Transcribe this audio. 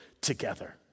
together